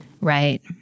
Right